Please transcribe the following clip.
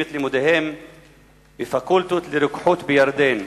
את לימודיהם בפקולטות לרוקחות בירדן.